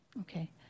Okay